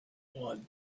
blood